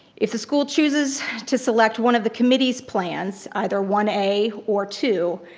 if the school chooses to select one of the committee's plans, either one a or two,